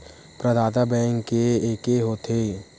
प्रदाता बैंक के एके होथे?